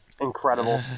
incredible